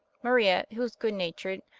maria, who was good-natured,